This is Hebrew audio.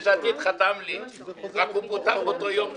יש עתיד חתם לי, רק הוא פוטר באותו יום שחתם.